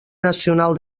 nacional